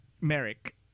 Merrick